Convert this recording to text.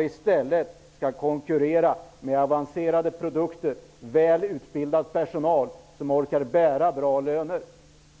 I stället skall vi konkurrera med avancerade produkter och välutbildad personal som orkar bära upp bra löner.